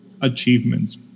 achievements